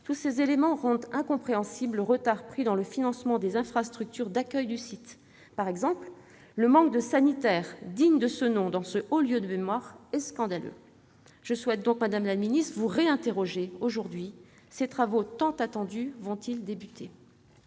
Ces chiffres rendent incompréhensible le retard pris dans le financement des infrastructures d'accueil du site. Par exemple, le manque de sanitaires dignes de ce nom dans ce haut lieu de mémoire est scandaleux ! Je souhaite donc, madame la secrétaire d'État, vous interroger de nouveau aujourd'hui : ces travaux tant attendus vont-ils enfin